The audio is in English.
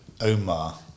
Omar